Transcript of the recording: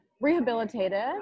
rehabilitated